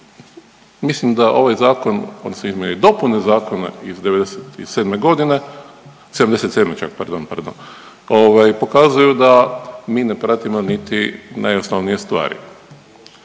mislim da ovaj zakon odnosno izmijene i dopune zakona iz 97. godine, '77. čak pardon, pardon ovaj pokazuju da mi ne pratimo niti najosnovnije stvari.